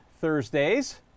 Thursdays